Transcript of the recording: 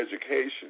education